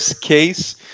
case